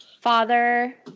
father